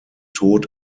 tod